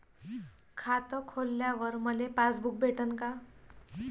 खातं खोलल्यावर मले पासबुक भेटन का?